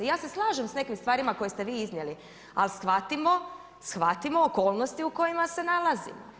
Ja se slažem s nekim stvarima koje ste vi iznijeli, ali shvatimo okolnosti u kojima se nalazimo.